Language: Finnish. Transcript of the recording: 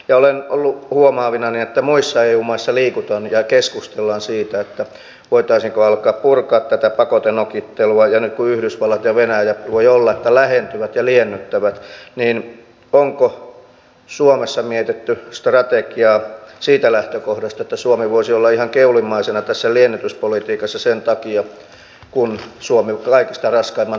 ja olen ollut huomaavinani että muissa eu maissa keskustellaan siitä voitaisiinko alkaa purkaa tätä pakotenokittelua ja nyt kun yhdysvallat ja venäjä voi olla lähentyvät ja liennyttävät niin onko suomessa mietitty strategiaa siitä lähtökohdasta että suomi voisi olla ihan keulimmaisena tässä liennytyspolitiikassa sen takia kun suomi kaikista raskaimman taakan kantaa